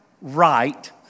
right